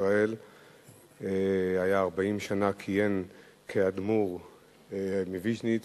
ישראל וכיהן 40 שנה כאדמו"ר מוויז'ניץ.